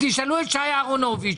ותשאלו את שי אהרונוביץ,